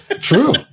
True